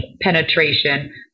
penetration